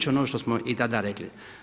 ću ono što smo i tada rekli.